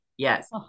Yes